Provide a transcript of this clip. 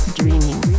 dreaming